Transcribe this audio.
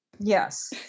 yes